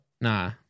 Nah